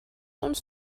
uns